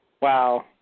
Wow